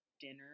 dinner